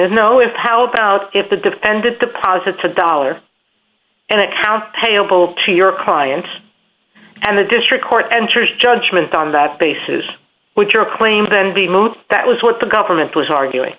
is no if how about if the defendant deposits a dollar and accounts payable to your client and the district court enters judgment on that basis which your claims and the move that was what the government was arguing